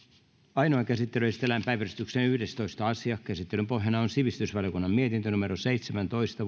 ainoaan käsittelyyn esitellään päiväjärjestyksen yhdestoista asia käsittelyn pohjana on sivistysvaliokunnan mietintö seitsemäntoista